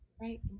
right